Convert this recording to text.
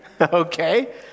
Okay